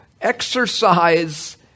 exercise